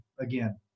again